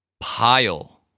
Pile